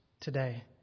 today